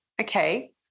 okay